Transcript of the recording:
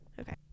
Okay